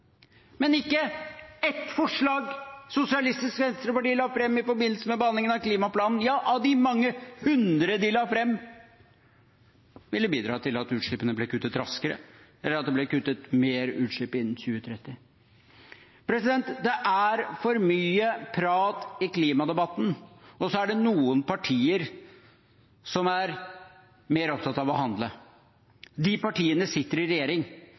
Men ikke ett forslag Sosialistisk Venstreparti la fram i forbindelse med behandlingen av klimaplanen, av de mange hundre de la fram, ville bidratt til at utslippene ble kuttet raskere eller at det ble kuttet mer utslipp innen 2030. Det er for mye prat i klimadebatten, men så er det noen partier som er mer opptatt av å handle. De partiene sitter i regjering.